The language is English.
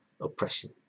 oppression